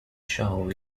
show